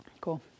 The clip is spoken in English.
Cool